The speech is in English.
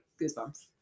Goosebumps